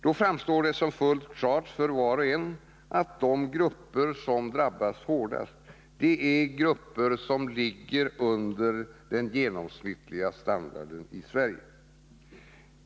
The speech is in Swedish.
Då framstår det som fullt klart för var och en att de grupper som drabbas hårdast är grupper som ligger under den genomsnittliga standarden i Sverige.